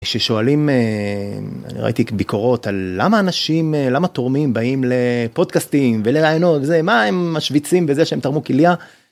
שואלים, ראיתי ביקורות על למה אנשים למה תורמים באים לפודקאסטים ולראיונות זה מה הם משוויצים בזה שהם תרמו כליה.